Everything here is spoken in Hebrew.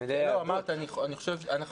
אמרת שאנחנו